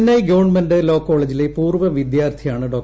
Chennai government law കോളേജിലെ പൂർവ്വ വിദ്യാർത്ഥിയാണ് ഡോ